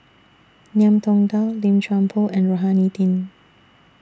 Ngiam Tong Dow Lim Chuan Poh and Rohani Din